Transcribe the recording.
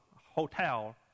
hotel